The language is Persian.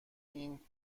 این